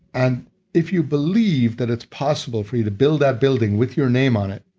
and if you believe that it's possible for you to build that building with your name on it,